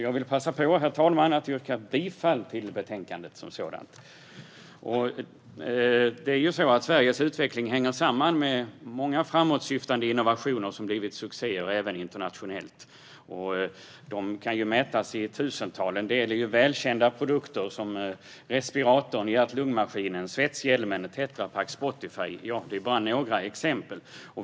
Jag vill passa på, herr talman, att yrka bifall till utskottets förslag i betänkandet. Sveriges utveckling hänger samman med många framåtsyftande innovationer, vilka blivit succéer även internationellt. De kan mätas i tusental. En del är välkända produkter. Respiratorn, hjärt-lungmaskinen, svetshjälmen, Tetra Pak och Spotify är bara några exempel.